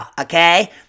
okay